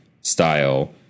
style